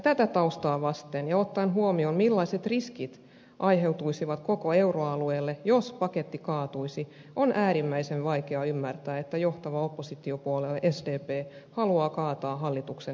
tätä taustaa vasten ja ottaen huomioon millaisia riskejä aiheutuisi koko euroalueelle jos paketti kaatuisi on äärimmäisen vaikea ymmärtää että johtava oppositiopuolue sdp haluaa kaataa hallituksen ehdotuksen